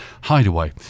Hideaway